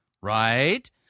Right